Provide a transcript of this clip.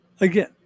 Again